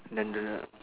then the